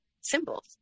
symbols